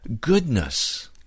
Goodness